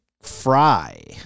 Fry